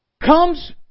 comes